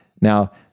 Now